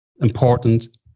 important